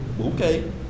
okay